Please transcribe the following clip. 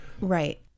Right